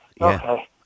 Okay